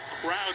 crowd